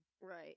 Right